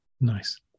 Nice